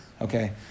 Okay